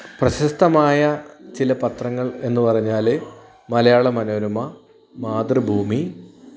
പ്രശസ്തമായ ചില പത്രങ്ങള് എന്ന് പറഞ്ഞാൽ മലയാള മനോരമ മാതൃഭൂമി